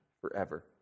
forever